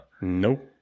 Nope